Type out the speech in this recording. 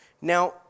now